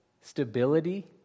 stability